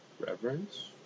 Reverence